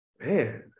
Man